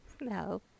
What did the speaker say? no